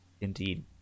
Indeed